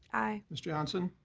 aye. ms. johnson.